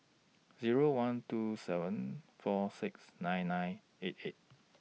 Zero one two seven four six nine nine eight eight